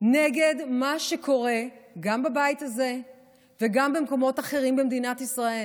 נגד מה שקורה גם בבית הזה וגם במקומות אחרים במדינת ישראל?